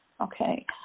Okay